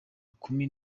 kumi